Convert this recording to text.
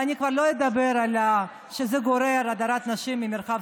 ואני כבר לא אדבר על כך שזה גורר הדרת נשים מהמרחב